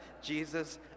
Jesus